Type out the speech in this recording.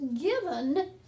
given